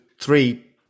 three